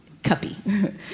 Cuppy